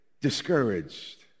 discouraged